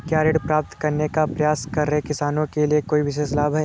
क्या ऋण प्राप्त करने का प्रयास कर रहे किसानों के लिए कोई विशेष लाभ हैं?